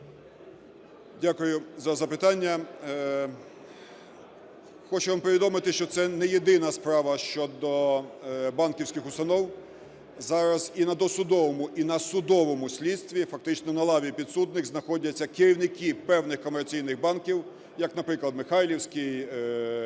Дякую за запитання. Хочу вам повідомити, що це не єдина справа щодо банківських установ. Зараз і на досудовому, і на судовому слідстві фактично на лаві підсудних знаходяться керівники певних комерційних банків, як наприклад, "Михайлівський", інші